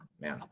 man